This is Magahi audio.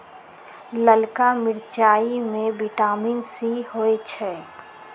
ललका मिरचाई में विटामिन सी होइ छइ